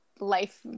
life